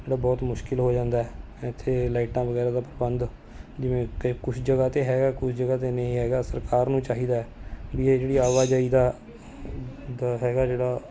ਜਿਹੜਾ ਬਹੁਤ ਮੁਸ਼ਕਿਲ ਹੋ ਜਾਂਦਾ ਹੈ ਇੱਥੇ ਲਾਈਟਾਂ ਵਗੈਰਾ ਦਾ ਪ੍ਰਬੰਧ ਜਿਵੇਂ ਇੱਥੇ ਕਈ ਕੁਝ ਜਗ੍ਹਾ 'ਤੇ ਹੈਗਾ ਕੁਝ ਜਗ੍ਹਾ 'ਤੇ ਨਹੀਂ ਹੈਗਾ ਸਰਕਾਰ ਨੂੰ ਚਾਹੀਦਾ ਹੈ ਵੀ ਇਹ ਜਿਹੜੀ ਆਵਾਜਾਈ ਦਾ ਹੈਗਾ ਜਿਹੜਾ